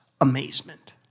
amazement